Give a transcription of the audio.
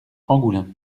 angoulins